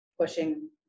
pushing